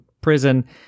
prison